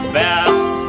best